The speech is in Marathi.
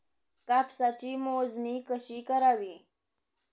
कापसाची मोजणी कशी करावी?